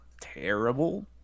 terrible